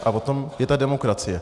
A o tom je ta demokracie.